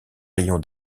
rayon